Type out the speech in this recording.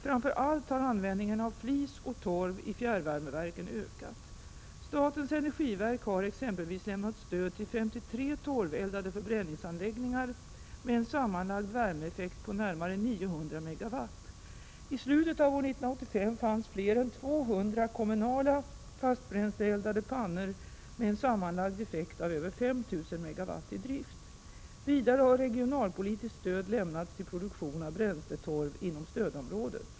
Framför allt har användningen av flis och torv i fjärrvärmeverken ökat. Statens energiverk har exempelvis lämnat stöd till 53 torveldade förbränningsanläggningar med en sammanlagd värmeeffekt på närmare 900 MW. I slutet av år 1985 fanns fler än 200 kommunala, fastbränsleeldade pannor med en sammanlagd effekt av över 5 000 MW i drift. Vidare har regionalpolitiskt stöd lämnats till produktion av bränsletorv inom stödområdet.